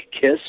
kiss